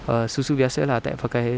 err susu biasa lah tak payah pakai